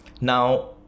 Now